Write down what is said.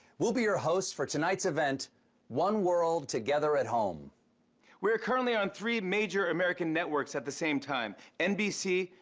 we'll be your hosts for tonight's event one world together at home. fallon we are currently on three major american networks at the same time nbc,